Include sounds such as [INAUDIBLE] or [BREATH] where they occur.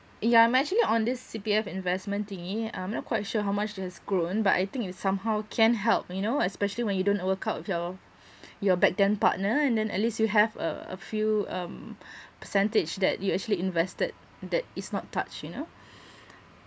yeah I'm actually on this C_P_F investment thingy um not quite sure how much it has grown but I think it somehow can help you know especially when you don't uh work out with your [BREATH] your back then partner and then at least you have uh a few um [BREATH] percentage that you actually invested that is not touched you know [BREATH]